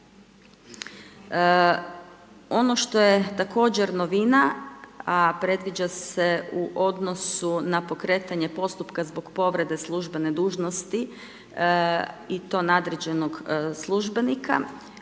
Ono što je također novina, a predviđa se u odnosu na pokretanje postupka zbog povrede službene dužnosti i to nadređenog službenika,